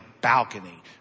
balcony